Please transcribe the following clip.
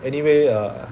anyway uh